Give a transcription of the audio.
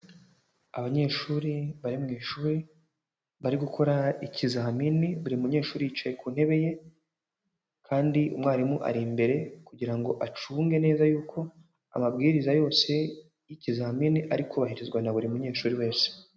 Abanyeshuri bari mu ishuri bari gukora ikizamini, buri munyeshuri yicaye ku ntebe ye kandi umwarimu ari imbere kugira ngo acunge neza yuko amabwiriza yose y'ikizamini ari kubahirizwa na buri munyeshuri wese.